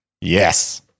Yes